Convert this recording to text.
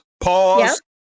pause